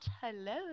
Hello